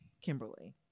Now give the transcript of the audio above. Kimberly